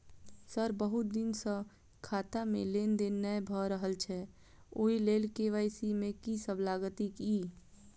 Sir बहुत दिन सऽ खाता मे लेनदेन नै भऽ रहल छैय ओई लेल के.वाई.सी मे की सब लागति ई?